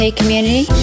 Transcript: community